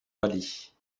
rallye